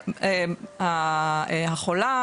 החולה,